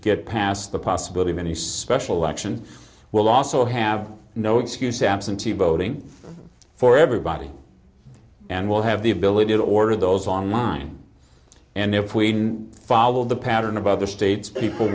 get past the possibility of any special election we'll also have no excuse absentee voting for everybody and we'll have the ability to order those online and if we follow the pattern of other states people